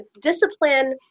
discipline